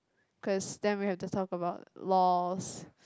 cause then we've to talk about laws